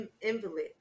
invalid